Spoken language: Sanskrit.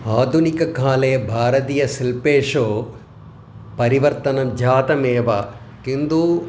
आधुनिककाले भारतीयशिल्पेषु परिवर्तनं जातमेव किन्तु